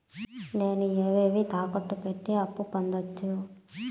నేను ఏవేవి తాకట్టు పెట్టి అప్పు పొందవచ్చు?